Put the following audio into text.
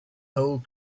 whole